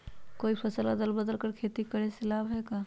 कोई फसल अदल बदल कर के खेती करे से लाभ है का?